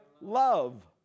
love